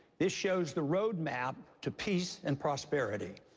this shows the roadmap to peace and prosperity.